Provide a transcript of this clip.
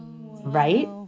right